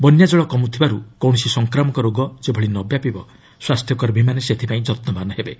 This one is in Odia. ବନ୍ୟା ଜଳ କମୁଥିବାରୁ କୌଣସି ସଂକ୍ରାମକ ଯୋଗ ଯେଭଳି ନ ବ୍ୟାପିବ ସ୍ୱାସ୍ଥ୍ୟକର୍ମୀମାନେ ସେଥିପାଇଁ ଯତ୍ନବାନ ହେବେ